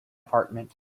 apartment